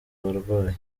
abarwayi